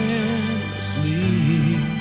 endlessly